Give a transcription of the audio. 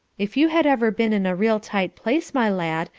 if you had ever been in a real tight place, my lad,